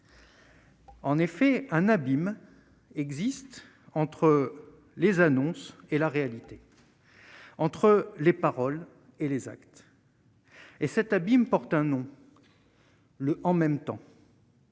En effet, un abîme existe entre les annonces et la réalité entre les paroles et les actes. Et cet abîme porte un nom : le en même temps.